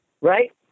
right